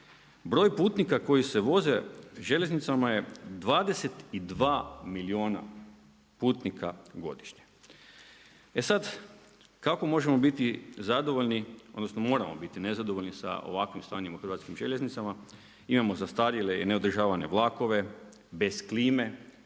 Broj putnika koji se voze željeznicama je 22 milijuna putnika godišnje. E sad, kako možemo biti zadovoljni, odnosno moramo biti nezadovoljni sa ovakvim stanjem u Hrvatskim željeznicama. Imamo zastarjele i neodržavane vlakove bez klime.